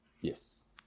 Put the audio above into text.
Yes